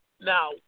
now